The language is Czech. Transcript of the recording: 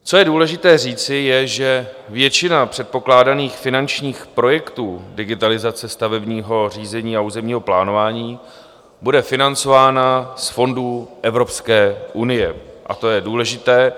Co je důležité říci, je, že většina předpokládaných finančních projektů digitalizace stavebního řízení a územního plánování bude financována z fondů Evropské unie, a to je důležité.